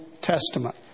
Testament